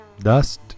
dust